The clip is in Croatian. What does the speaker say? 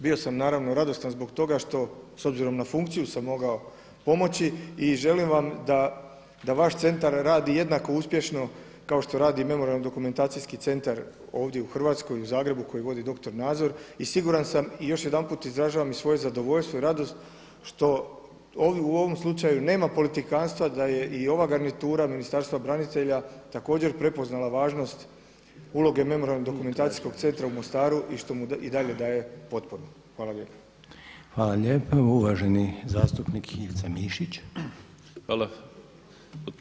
Bio sam naravno radostan zbog toga što s obzirom na funkciju sam mogao pomoći i želim vam da vaš centar radi jednako uspješno kao što radi Memorijalno-dokumentacijski centar ovdje u Hrvatskoj, ovdje u Zagrebu, koji vodi doktor Nazor i siguran sam i još jedanput izražavam svoje zadovoljstvo i radost što u ovom slučaju nema politikanstva da je i ova garnitura Ministarstva branitelja također prepoznala važnost uloge Memorijalno-dokumentacijskog centra u Mostaru i što mu i dalje daje potporu.